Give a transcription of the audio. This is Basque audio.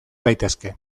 daitezke